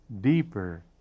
deeper